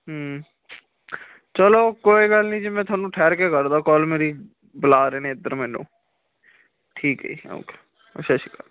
ਚਲੋ ਕੋਈ ਗੱਲ ਨਹੀਂ ਜੀ ਮੈਂ ਤੁਹਾਨੂੰ ਠਹਿਰ ਕੇ ਕਰਦਾ ਕੋਲ ਮੇਰੀ ਬੁਲਾ ਰਹੇ ਨੇ ਇੱਧਰ ਮੈਨੂੰ ਠੀਕ ਹੈ ਜੀ ਓਕੇ ਸਤਿ ਸ਼੍ਰੀ ਅਕਾਲ